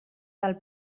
del